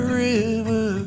river